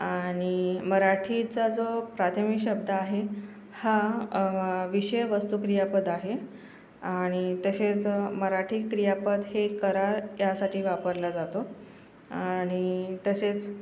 आणि मराठीचा जो प्राथमिक शब्द आहे हा विषय वस्तू क्रियापद आहे आणि तसेच मराठी क्रियापद हे करा यासाठी वापरला जातो आणि तसेच